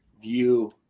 view